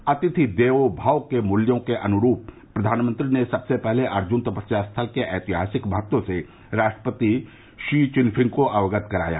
अतिथि देवो भव के मूल्यों के अनुरूप प्रधानमंत्री ने सबसे पहले अर्जुन तपस्या स्थल के ऐतिहासिक महत्व से राष्ट्रपति पी चिनफिंग को अवगत कराया